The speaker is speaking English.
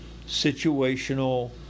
situational